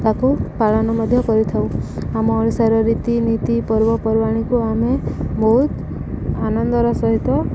ତାକୁ ପାଳନ ମଧ୍ୟ କରିଥାଉ ଆମ ଓଡ଼ିଶାର ରୀତିନୀତି ପର୍ବପର୍ବାଣିକୁ ଆମେ ବହୁତ ଆନନ୍ଦର ସହିତ